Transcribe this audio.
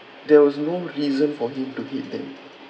there was no reason for him to hate them